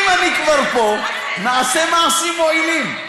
אם אני כבר פה, נעשה מעשים מועילים.